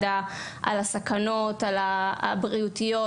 לגבי הסכנות הבריאותיות,